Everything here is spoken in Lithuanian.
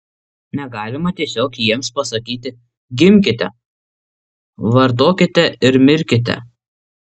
negalima tiesiog jiems pasakyti gimkite vartokite ir mirkite